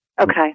Okay